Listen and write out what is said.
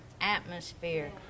atmosphere